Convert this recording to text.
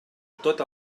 tot